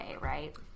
right